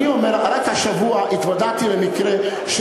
אני אומר רק השבוע התוודעתי למקרה של